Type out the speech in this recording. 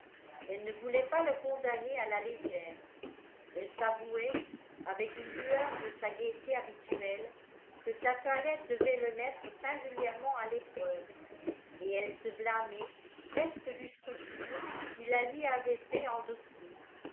elle ne voulait pas le condamner à la légère elle s'avouait avec une lueur de sa gaieté habituelle que sa toilette devait le mettre singulièrement à l'épreuve et elle se blâmait presque du scrupule qui la lui avait fait endosser